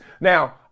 Now